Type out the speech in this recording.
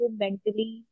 mentally